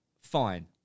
Fine